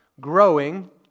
Growing